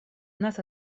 нас